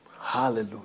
Hallelujah